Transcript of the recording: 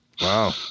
Wow